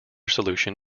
solution